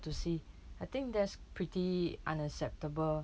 to see I think there's pretty unacceptable